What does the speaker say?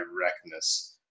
directness